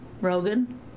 Rogan